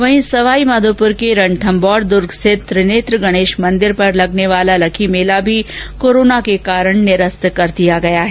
वहीं सवाई माघोपूर के रणथंभौर दुर्ग स्थित त्रिनेत्र गणेश मंदिर पर लगने वाला लक्खी मेला भी कोरोना के चलते निरस्त कर दिया गया है